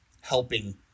helping